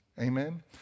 Amen